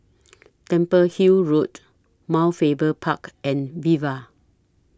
Temple Hill Road Mount Faber Park and Viva